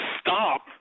stop